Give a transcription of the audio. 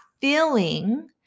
feeling